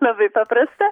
labai paprasta